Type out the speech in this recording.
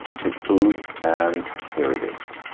it boots and here it is.